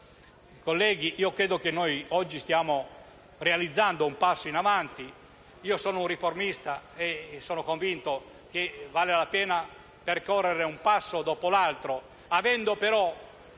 io credo che noi oggi stiamo realizzando un passo in avanti. Io sono un riformista e sono convinto che vale la pena percorrere un passo dopo l'altro, avendo però